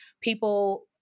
people